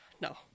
No